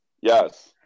Yes